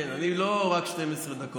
אני לא רק 12 דקות.